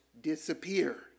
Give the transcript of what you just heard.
disappear